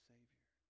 Savior